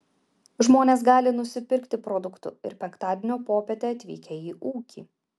žmonės gali nusipirkti produktų ir penktadienio popietę atvykę į ūkį